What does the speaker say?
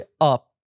up